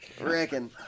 Reckon